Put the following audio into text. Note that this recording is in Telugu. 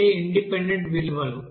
అంటే ఇండిపెండెంట్ విలువలు